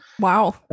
Wow